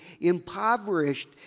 impoverished